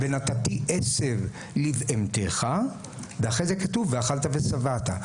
"ונתתי עשב לבהמתך", ואחרי זה כתוב "ואכלת ושבעת".